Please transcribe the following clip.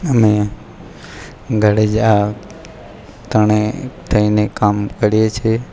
અમે ઘરે જાવ ત્રણેય થઈને કામ કરીએ છીએ